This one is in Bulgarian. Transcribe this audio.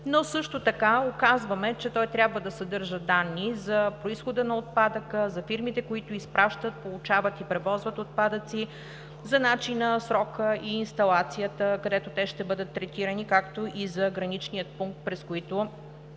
но също така указваме, че той трябва да съдържа данни: за произхода на отпадъка; за фирмите, които изпращат, получават и превозват отпадъци; за начина, срока и инсталацията, където те ще бъдат третирани, както и за граничния пункт, през който